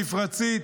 מפרצית,